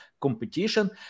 competition